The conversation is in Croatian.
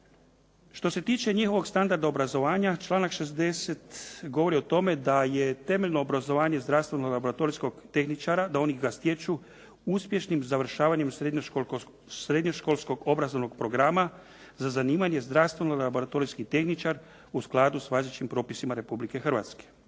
Što se tiče njihovog standarda obrazovanja članak 60. govori o tome da je temeljno obrazovanje zdravstveno laboratorijskog tehničara, da oni ga stječu uspješnim završavanjem srednjoškolsko obrazovnog programa za zanimanje zdravstveno laboratorijski tehničar u skladu s važećim propisima Republike Hrvatske.